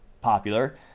popular